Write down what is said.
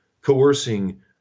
coercing